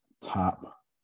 top